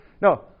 No